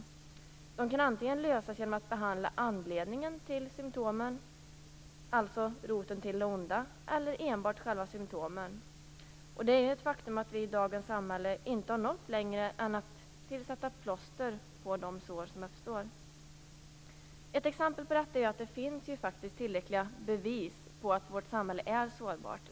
Problem kan lösas antingen genom att man behandlar anledningen till symtomen - alltså roten till det onda - eller genom att man enbart behandlar själva symtomen. Det är ett faktum att vi i dagens samhälle inte har nått längre än till att sätta plåster på de sår som uppstår. Ett exempel på detta är att det finns tillräckliga bevis på att vårt samhälle är sårbart.